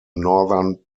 northern